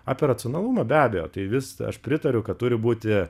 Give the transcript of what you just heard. apie racionalumą be abejo tai vis aš pritariu kad turi būti